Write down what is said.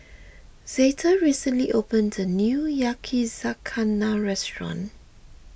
Zeta recently opened a new Yakizakana restaurant